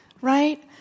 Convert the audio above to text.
right